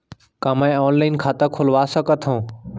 का मैं ऑनलाइन खाता खोलवा सकथव?